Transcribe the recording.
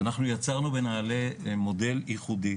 יצרנו בנעל"ה מודל ייחודי